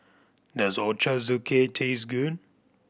does Ochazuke taste good